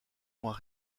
moins